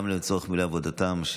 גם לצורך מילוי עבודתם,